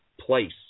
place